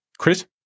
Chris